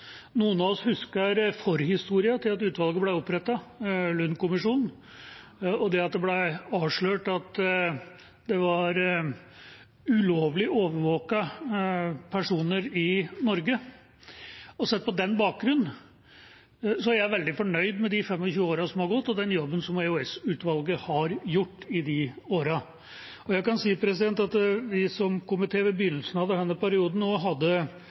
Noen av oss husker forhistorien til at utvalget ble opprettet: Lund-kommisjonen og det at det ble avslørt at det var ulovlig overvåkede personer i Norge. Sett på bakgrunn av det er jeg veldig fornøyd med de 25 årene som har gått, og den jobben som EOS-utvalget har gjort i de årene. Jeg kan si at vi som komité hadde ved begynnelsen av denne perioden